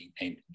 named